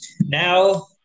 now